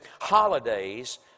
holidays